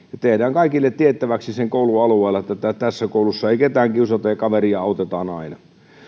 tehdään kaikille tiettäväksi sen koulun alueella että tässä koulussa ei ketään kiusata ja kaveria autetaan aina